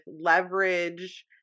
leverage